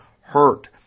hurt